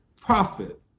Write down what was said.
profit